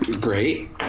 Great